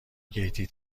گیتی